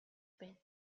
байна